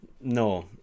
No